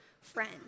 friend